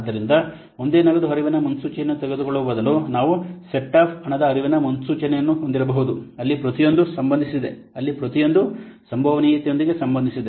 ಆದ್ದರಿಂದ ಒಂದೇ ನಗದು ಹರಿವಿನ ಮುನ್ಸೂಚನೆಯನ್ನು ತೆಗೆದುಕೊಳ್ಳುವ ಬದಲು ನಾವು ಸೆಟ್ ಆಫ್ ಹಣದ ಹರಿವಿನ ಮುನ್ಸೂಚನೆಯನ್ನು ಹೊಂದಿರಬಹುದು ಅಲ್ಲಿ ಪ್ರತಿಯೊಂದೂ ಸಂಬಂಧಿಸಿದೆ ಅಲ್ಲಿ ಪ್ರತಿಯೊಂದೂ ಸಂಭವನೀಯತೆಯೊಂದಿಗೆ ಸಂಬಂಧಿಸಿದೆ